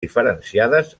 diferenciades